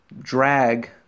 drag